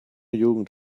jugend